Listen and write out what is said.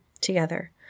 together